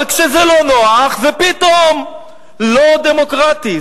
אבל כשזה לא נוח, זה פתאום לא דמוקרטי.